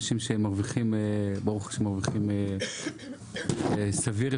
שברוך השם מרוויחים סביר,